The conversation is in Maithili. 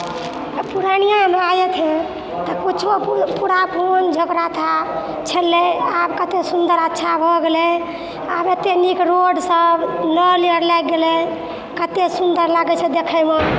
पूर्णियाँमे आये थे तऽ कुछो पूरा बोन झोँकरा था छलै आब कतेक सुन्दर अच्छा भऽ गेलै आब एतेक नीक रोडसभ नल आर लागि गेलै कतेक सुन्दर लागै छै देखयमे